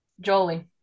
Jolie